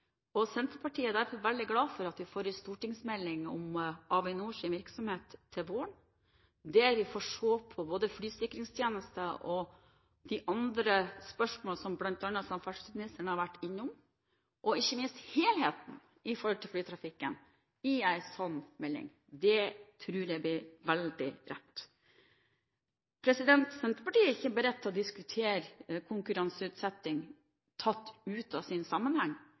Senterpartiet er derfor veldig glad for at vi får en stortingsmelding om Avinors virksomhet til våren, der vi vil se på både flysikringstjenesten og de andre spørsmålene som bl.a. samferdselsministeren har vært innom, og ikke minst helheten i flytrafikken. Det tror jeg er veldig riktig. Senterpartiet er ikke beredt til å diskutere konkurranseutsetting tatt ut av sin sammenheng.